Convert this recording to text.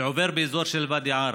ועובר באזור של ואדי עארה,